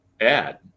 add